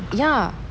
ya